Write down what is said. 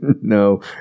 No